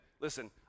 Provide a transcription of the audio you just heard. listen